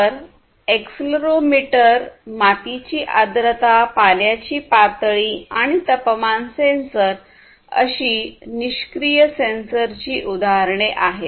तर एक्सेलेरोमीटर मातीची आर्द्रता पाण्याची पातळी आणि तापमान सेन्सर अशी निष्क्रीय सेन्सरची उदाहरणे आहेत